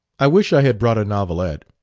i wish i had brought a novelette.